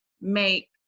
make